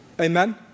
Amen